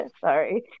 Sorry